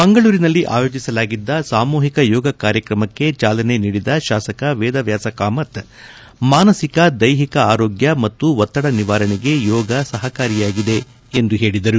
ಮಂಗಳೂರಿನಲ್ಲಿ ಆಯೋಜಿಸಲಾಗಿದ್ದ ಸಾಮೂಹಿಕ ಯೋಗ ಕಾರ್ಯಕ್ರಮಕ್ಕೆ ಚಾಲನೆ ನೀಡಿದ ಶಾಸಕ ವೇದವ್ಕಾಸ ಕಾಮತ್ ಮಾನಸಿಕ ದೈಹಿಕ ಆರೋಗ್ಯ ಮತ್ತು ಒತ್ತಡ ನಿವಾರಣೆಗೆ ಯೋಗ ಸಹಕಾರಿಯಾಗಿದೆ ಎಂದು ಹೇಳಿದರು